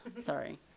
Sorry